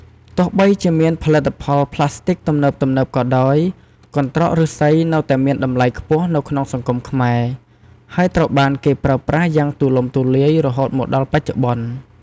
ទោះបីជាមានផលិតផលប្លាស្ទិកទំនើបៗក៏ដោយ កន្រ្តកឫស្សីនៅតែមានតម្លៃខ្ពស់នៅក្នុងសង្គមខ្មែរ ហើយត្រូវបានគេប្រើប្រាស់យ៉ាងទូលំទូលាយរហូតមកដល់បច្ចុប្បន្ន។